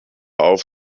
auf